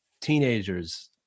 teenagers